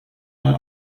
mal